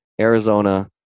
Arizona